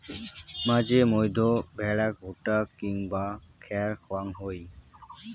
মাঝে মইধ্যে ভ্যাড়াক ভুট্টা কিংবা খ্যার খাওয়াং হই